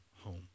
home